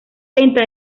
lenta